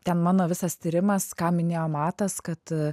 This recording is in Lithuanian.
ten mano visas tyrimas ką minėjo matas kad